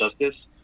justice